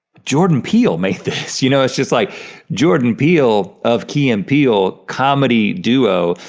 jordan peele make this, you know, it's just like jordan peele of key and peele, comedy duo,